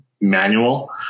manual